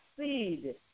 seed